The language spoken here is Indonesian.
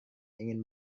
ingin